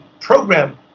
program